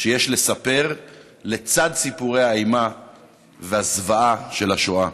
שיש לספר לצד סיפורי האימה והזוועה של השואה.